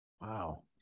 wow